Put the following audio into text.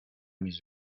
mis